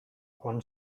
juan